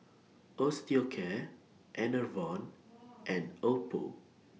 Osteocare Enervon and Oppo